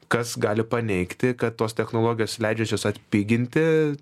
kas gali paneigti kad tos technologijos leidžiančios atpiginti